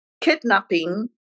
kidnapping